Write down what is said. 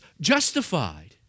justified